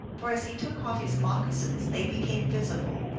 for as he took off his moccasins they became visible,